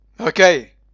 okay